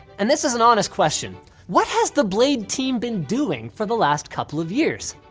and this is an honest question what has the blade team been doing for the last couple of years?